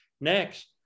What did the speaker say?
next